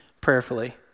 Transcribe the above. prayerfully